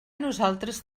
nosaltres